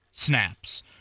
snaps